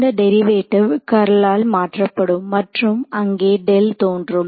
இந்த டெரிவேட்டிவ் கர்லால் மாற்றப்படும் மற்றும் அங்கே டெல் தோன்றும்